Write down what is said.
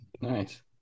nice